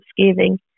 Thanksgiving